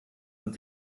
und